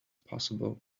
possible